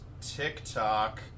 TikTok